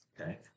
Okay